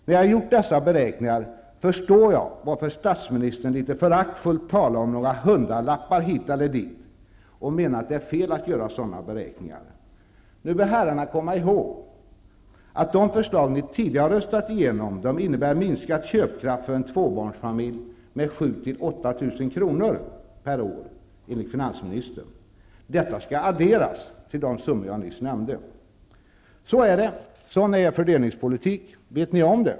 När jag gjort dessa beräkningar förstår jag varför statsministern litet föraktfullt talar om några hundralappar hit och dit och menar att det är fel att göra sådana beräkningar. Nu bör herrarna komma ihåg att de förslag ni tidigare röstat igenom innebär en minskad köpkraft för en tvåbarnsfamilj med 7 000--8 000 kr. per år enligt finansministern. Detta skall adderas till de summor jag nyss nämnde. Så är det. Sådan är er fördelningspolitik. Vet ni om det?